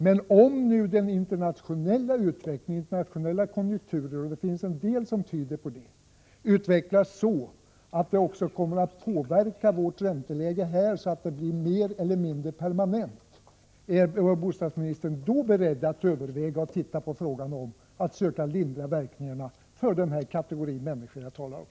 Men om den internationella konjunkturen utvecklas så — det finns en del tecken som tyder på det — att också vårt ränteläge påverkas, så att det blir mer eller mindre permanent, är bostadsministern då beredd överväga att söka lindra verkningarna för den kategori människor jag talar om?